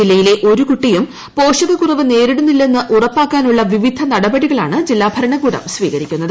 ജില്ലയിലെ ഒരു കുട്ടിയും പോഷക കുറവ് നേരിടുന്നില്ലെന്ന് ഉറപ്പാക്കാനുള്ള വിവിധ നടപടികളാണ് ജില്ലാഭരണകൂടം സ്വീകരിക്കുന്നത്